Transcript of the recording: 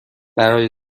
برای